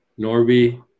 Norby